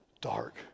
dark